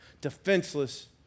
defenseless